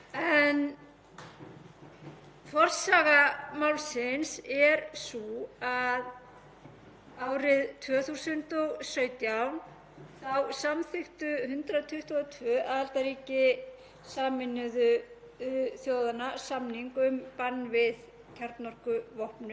samþykktu 122 aðildarríki Sameinuðu þjóðanna samning um bann við kjarnorkuvopnum. Samningurinn tók gildi snemma árs árið 2021 eftir að 50 ríki